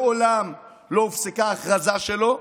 מעולם לא הופסקה ההכרזה עליו ככזה.